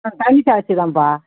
தனி சார்ஜு தான்ப்பா